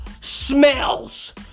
smells